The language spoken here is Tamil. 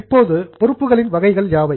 இப்போது பொறுப்புகளின் வகைகள் யாவை